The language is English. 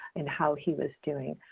and how he was doing.